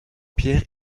pierre